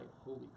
holy